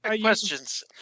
Questions